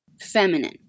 feminine